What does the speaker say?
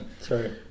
Sorry